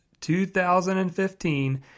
2015